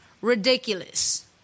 ridiculous